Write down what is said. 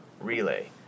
relay